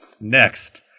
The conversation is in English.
Next